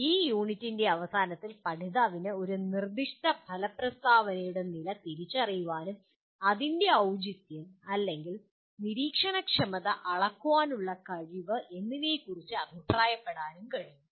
ഈ യൂണിറ്റിൻ്റെ അവസാനത്തിൽ പഠിതാവിന് ഒരു നിർദ്ദിഷ്ട ഫല പ്രസ്താവനയുടെ നില തിരിച്ചറിയാനും അതിൻ്റെ ഔചിതൃം അല്ലെങ്കിൽ നിരീക്ഷണക്ഷമത അളക്കാനുള്ള കഴിവ് എന്നിവയെക്കുറിച്ച് അഭിപ്രായപ്പെടാനും കഴിയും